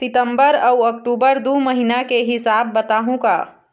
सितंबर अऊ अक्टूबर दू महीना के हिसाब बताहुं का?